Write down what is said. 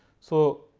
so,